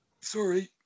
sorry